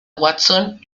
watson